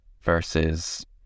versus